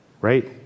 right